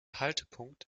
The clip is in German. haltepunkt